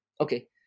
okay